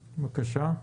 כן.